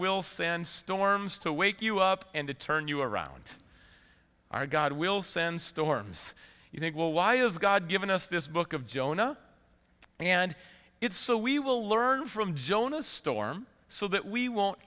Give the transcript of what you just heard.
will sandstorms to wake you up and turn you around our god will send storms you think well why is god giving us this book of jonah and it's so we will learn from jonah storm so that we won't